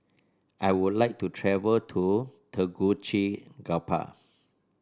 I would like to travel to Tegucigalpa